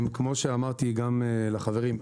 כמו שאמרתי לחברים,